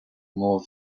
more